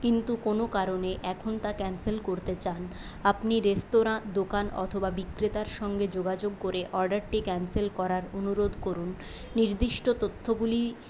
কিন্তু কোনো কারণে এখন তা ক্যান্সেল করতে চান আপনি রেস্তোরাঁ দোকান অথবা বিক্রেতার সঙ্গে যোগাযোগ করে অর্ডারটি ক্যান্সেল করার অনুরোধ করুন নির্দিষ্ট তথ্যগুলি